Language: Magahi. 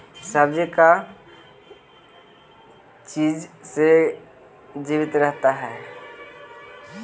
सब्जी का चीज से जीवित रहता है?